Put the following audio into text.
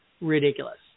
ridiculous